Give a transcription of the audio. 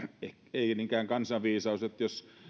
ei niinkään kansanviisaus että jos